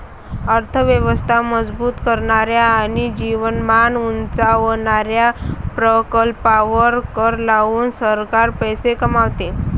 अर्थ व्यवस्था मजबूत करणाऱ्या आणि जीवनमान उंचावणाऱ्या प्रकल्पांवर कर लावून सरकार पैसे कमवते